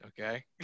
okay